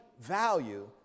value